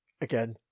again